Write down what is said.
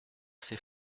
c’est